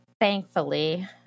thankfully